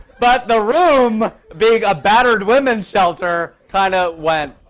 but the room, being a battered women's shelter kind of went